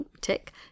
Tick